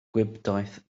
gwibdaith